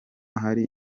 hari